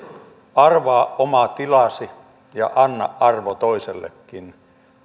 arvaa oma tilasi ja anna arvo toisellekin